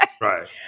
Right